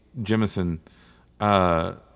Jemison